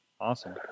Awesome